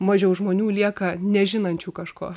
mažiau žmonių lieka nežinančių kažko